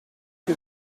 que